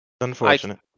Unfortunate